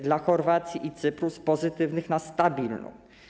Dla Chorwacji i Cypru - z pozytywnej na stabilną.